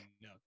no